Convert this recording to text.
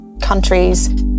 countries